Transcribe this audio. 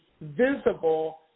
visible